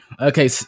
Okay